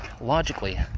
Logically